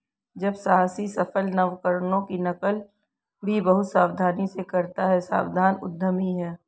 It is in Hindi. जब साहसी सफल नवकरणों की नकल भी बहुत सावधानी से करता है सावधान उद्यमी है